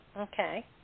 Okay